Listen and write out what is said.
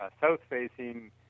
south-facing